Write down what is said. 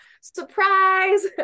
surprise